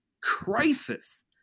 crisis